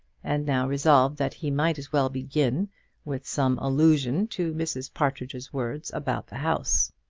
and now resolved that he might as well begin with some allusion to mrs. partridge's words about the house.